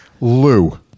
Lou